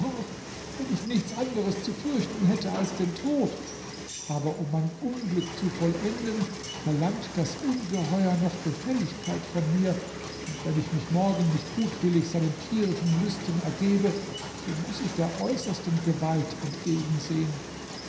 wenn ich nichts anderes zu fürchten hätte als den tod aber um mein unglück zu vollenden verlangt das ungeheuer noch gefälligkeit von mir und wenn ich mich morgen nicht gutwillig seinen tierischen lüsten ergebe so muß ich der äußersten gewalt entgegensehen